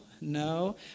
No